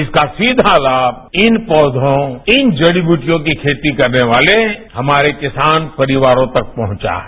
इसका सीधा लाम इन पौषो इन जड़ी बुटियों की खेती करने वाले हमारे किसान परिवारों तक पहुंचा है